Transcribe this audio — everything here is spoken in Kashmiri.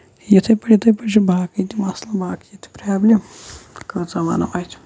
یِتھٕے پٲٹھۍ یِتھٕے پٲٹھۍ تہِ چھِ باقٕے تہِ مَسلہٕ باقین تہِ پرابلِم کۭژاہ وَنو کیاہ چھِ